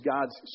God's